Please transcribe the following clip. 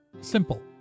simple